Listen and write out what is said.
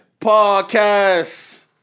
Podcast